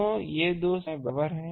तो ये दो संरचनाएं बराबर हैं